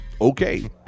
okay